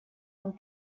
нам